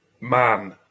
man